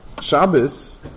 Shabbos